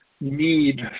need